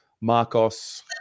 Marcos